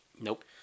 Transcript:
Nope